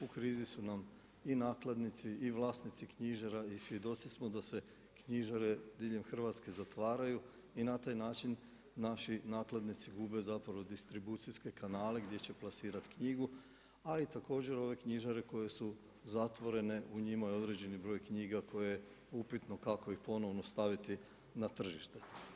U krizi su nam i nakladnici i vlasnici knjižara i svjedoci smo da se knjižare diljem Hrvatske zatvaraju i na taj način naši nakladnici gube zapravo, distribucijske kanale gdje će plasirat knjigu ali također ove knjižare koje su zatvorene u njima je određeni broj knjiga koje je upitno kako ih ponovno staviti na tržište.